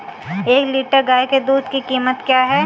एक लीटर गाय के दूध की कीमत क्या है?